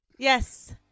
Yes